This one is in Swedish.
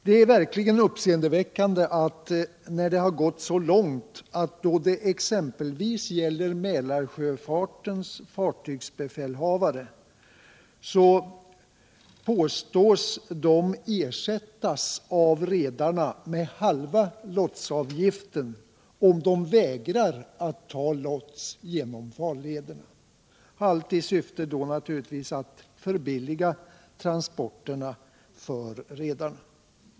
Det är verkligen uppseendeväckande när det gått så långt att det, exempelvis då det gäller Mälarsjöfarten, påstås att fartygsbefälhavare ersätts av redarna med halva lotsavgiften om de vägrar att ta lots genom farlederna — allt i syfte att förbilliga transporterna för redarna.